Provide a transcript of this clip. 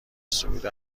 صعود